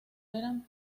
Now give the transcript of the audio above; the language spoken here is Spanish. eran